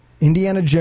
Indiana